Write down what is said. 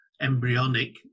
embryonic